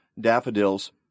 daffodils